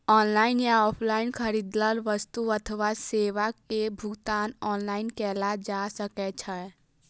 online या offline खरीदल वस्तु अथवा सेवा के भुगतान ऑनलाइन कैल जा सकैछ